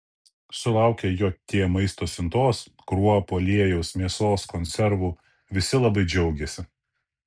sulaukę jt maisto siuntos kruopų aliejaus mėsos konservų visi labai džiaugiasi